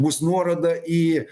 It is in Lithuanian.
bus nuoroda į